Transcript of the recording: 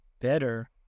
better